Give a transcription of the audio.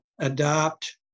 adopt